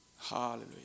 Hallelujah